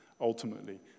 ultimately